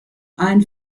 ein